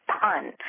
pun